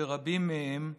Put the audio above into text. ורבים מהם זקוקים,